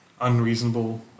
unreasonable